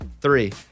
Three